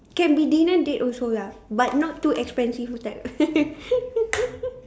can be dinner date also lah but not too expensive type